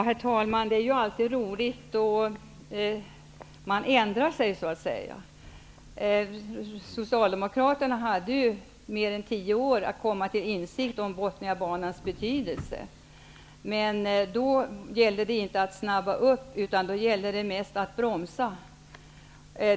Herr talman! Det är ju alltid roligt att det går att ändra sig. Socialdemokraterna tog mer än tio år på sig att komma till insikt om Botniabanans betydelse. Tidigare gällde det inte att snabba upp utan mest att bromsa.